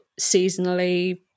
seasonally